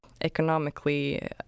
economically